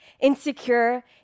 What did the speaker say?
insecure